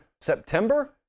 September